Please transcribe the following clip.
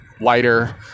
lighter